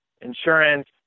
insurance